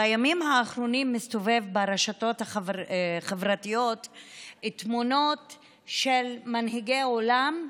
בימים האחרונים מסתובבות ברשתות החברתיות תמונות של מנהיגי עולם,